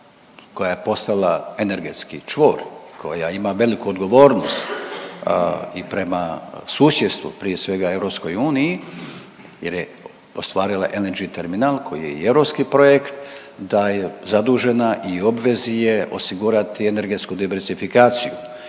koja je postala energetski čvor, koja ima veliku odgovornost i prema susjedstvu prije svega EU jer je ostvarila LNG terminal koji je i europski projekt da je zadužena i u obvezi je osigurati energetsku debrisifikaciju